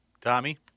Tommy